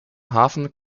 hafen